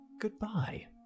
Goodbye